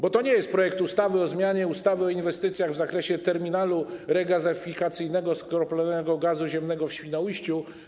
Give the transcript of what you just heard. Bo to nie jest projekt ustawy o zmianie ustawy o inwestycjach w zakresie terminalu regazyfikacyjnego skroplonego gazu ziemnego w Świnoujściu.